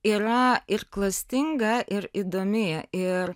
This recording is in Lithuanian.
yra ir klastinga ir įdomi ir